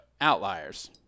outliers